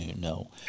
no